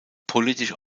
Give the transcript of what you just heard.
politisch